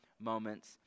moments